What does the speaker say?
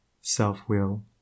self-will